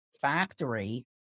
factory